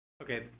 Okay